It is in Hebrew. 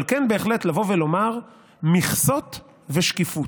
אבל כן בהחלט לבוא ולומר מכסות ושקיפות.